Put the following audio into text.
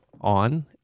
on